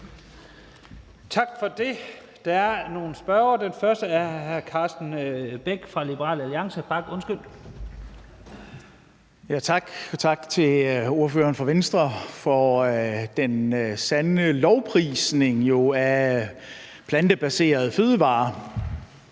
Tak for det. Der er nogle spørgere. Den første er hr. Carsten Bach fra Liberal Alliance. Kl. 15:52 Carsten Bach (LA): Tak, og tak til ordføreren fra Venstre for den sande lovprisning af plantebaserede fødevarer.